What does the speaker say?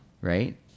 Right